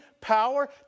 power